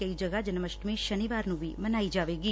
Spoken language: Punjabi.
ਕਈ ਜਗ੍ਹਾ ਜਨਮਅਸ਼ਟਮੀ ਸ਼ਨੀਵਾਰ ਨੂੰ ਵੀ ਮਨਾਈ ਜਾਵੇਗੀ